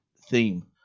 theme